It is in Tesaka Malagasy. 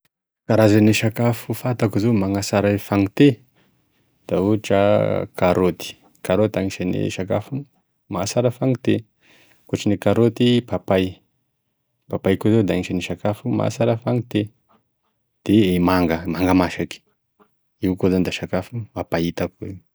Karazan'e sakafo fantako zao magnasara gne fagnite da ohatra karaoty, karaoty agnisan'e sakafo magnatsara fagnite, akoatrin' e karaoty, papay, e papay koa zao da agnisan'e sakafo magnasara fagnite, de manga manga masaky, io koa zany da sakafo mampahita koa io.